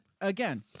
again